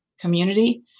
community